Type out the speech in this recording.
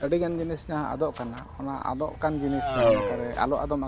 ᱟᱹᱰᱤᱜᱟᱱ ᱡᱤᱱᱤᱥ ᱡᱟᱦᱟᱸ ᱟᱫᱚᱜ ᱠᱟᱱᱟ ᱚᱱᱟ ᱟᱫᱚᱜᱠᱟᱱ ᱡᱤᱱᱤᱥ ᱡᱟᱦᱟᱸ ᱞᱮᱠᱟᱨᱮ ᱟᱞᱚ ᱟᱫᱚᱜᱼᱢᱟ ᱠᱷᱟᱹᱛᱤᱨ